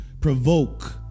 provoke